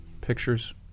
pictures